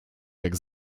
jak